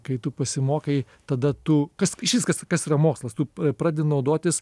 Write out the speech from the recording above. kai tu pasimokai tada tu kas viskas kas yra mokslas tu pradėti naudotis